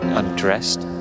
undressed